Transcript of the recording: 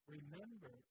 Remember